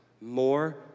more